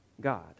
God